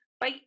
Bye